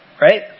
Right